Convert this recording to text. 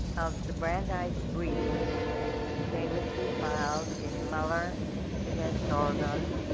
of the brandeis brief famously filed in muller against oregon.